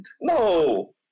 No